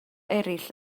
eraill